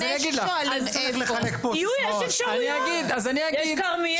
אני אגיד שבדיון הקודם ------ יש כרמיאל,